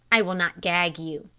i will not gag you.